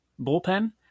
bullpen